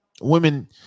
women